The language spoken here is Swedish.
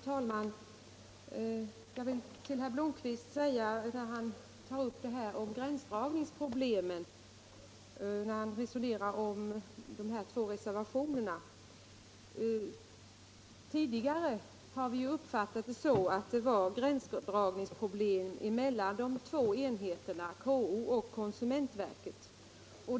Fru talman! Herr Blomkvist tar upp gränsdragningsproblemen och resonerar om de två reservationerna. Tidigare har vi uppfattat det så att det var problem med gränsdragningen mellan de två enheterna KO och konsumentverket.